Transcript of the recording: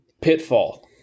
Pitfall